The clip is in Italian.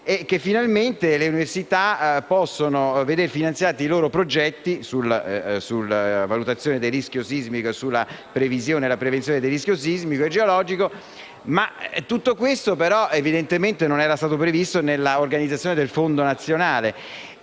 e finalmente le università possono veder finanziati i loro progetti sulla valutazione, sulla previsione e sulla prevenzione del rischio sismico e idrogeologico. Tutto questo, però, evidentemente non era stato previsto nell'organizzazione del fondo nazionale.